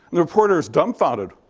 the reporter is dumbfounded.